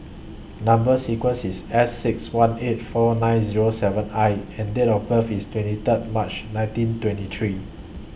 Number sequence IS S six one eight four nine Zero seven I and Date of birth IS twenty Third March nineteen twenty three